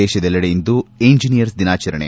ದೇಶದೆಲ್ಲೆಡೆ ಇಂದು ಇಂಜಿನಿಯರ್್ ದಿನಾಚರಣೆ